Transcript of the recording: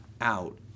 out